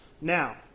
Now